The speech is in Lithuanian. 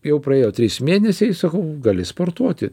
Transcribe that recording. jau praėjo trys mėnesiai sakau gali sportuoti